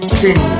king